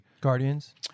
Guardians